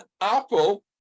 apple